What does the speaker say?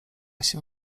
się